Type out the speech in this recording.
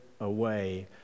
away